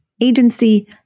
agency